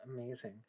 amazing